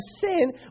sin